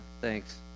thanks